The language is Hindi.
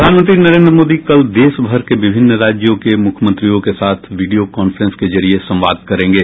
प्रधानमंत्री नरेन्द्र मोदी कल देशभर के विभिन्न राज्यों के मुख्यमंत्रियों के साथ वीडियो कांफ्रेंस के जरिये संवाद करेंगे